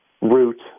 route